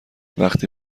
وقتی